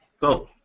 go